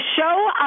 show